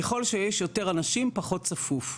ככל שיש יותר אנשים פחות צפוף.